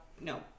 No